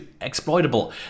exploitable